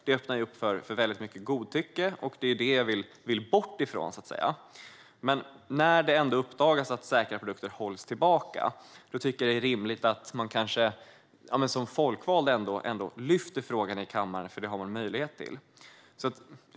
Det skulle öppna för väldigt mycket godtycke, och det är det jag vill bort från. Men när det uppdagas att säkra produkter hålls tillbaka tycker jag att det är rimligt att man som folkvald lyfter frågan i kammaren, för det har man möjlighet till.